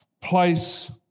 place